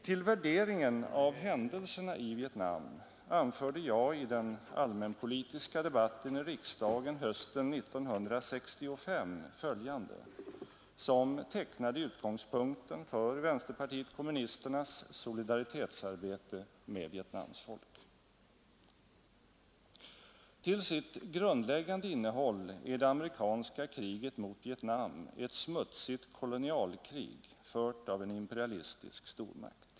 Till värderingen av händelserna i Vietnam anförde jag i den allmänpolitiska debatten i riksdagen hösten 1965 följande, som tecknade utgångspunkten för vänsterpartiet kommunisternas solidaritetsarbete med Vietnams folk: ”Till sitt grundläggande innehåll är det amerikanska kriget mot Vietnam ett smutsigt kolonialkrig fört av en imperialistisk stormakt.